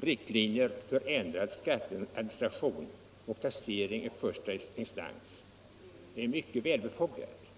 riktlinjer för ändrad skatteadministration och taxeringen i första instans är mycket välbefogat.